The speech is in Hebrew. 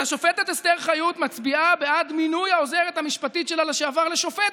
אז השופטת אסתר חיות מצביעה בעד מינוי העוזרת המשפטית שלה לשעבר לשופטת.